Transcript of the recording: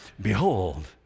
Behold